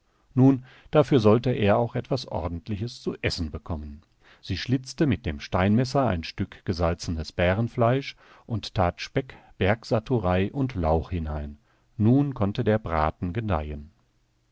nun dafür sollte er auch etwas ordentliches zu essen bekommen sie schlitzte mit dem steinmesser ein stück gesalzenes bärenfleisch und tat speck bergsaturei und lauch hinein nun konnte der braten gedeihen